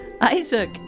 Isaac